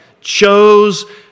chose